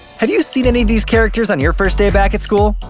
have you seen any of these characters on your first day back at school?